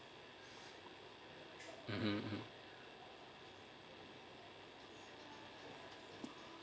mmhmm